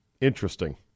Interesting